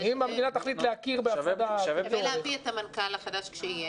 אם המדינה תחליט להכיר ב- -- שווה להביא את המנכ"ל החדש כשיהיה,